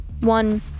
One